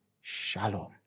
shalom